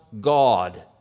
God